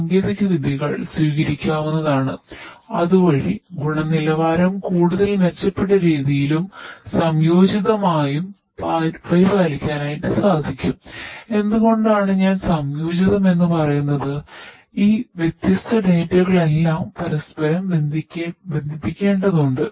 safety ഡൊമൈനിൽ പരസ്പരം ബന്ധിപ്പിക്കേണ്ടതുണ്ട്